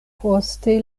poste